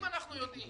אם אנחנו יודעים